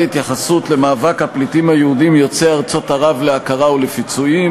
התייחסות למאבק הפליטים היהודים יוצאי ארצות ערב להכרה ולפיצויים,